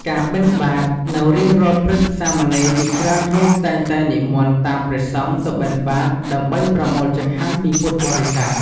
ការបិណ្ឌបាត នៅរៀងរាល់ព្រឹកសាមណេរជាច្រើនរូបតែងតែនិមន្តតាមព្រះសង្ឃទៅបិណ្ឌបាត ដើម្បីប្រមូលចង្ហាន់ពីពុទ្ធបរិស័ទ។